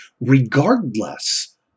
regardless